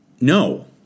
No